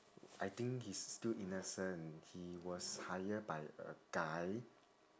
I think he's still innocent he was hired by a guy